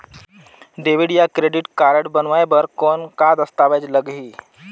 Debit या credit card बनवाय बर कौन का दस्तावेज लगही?